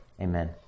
Amen